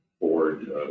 Board